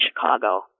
Chicago